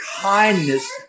kindness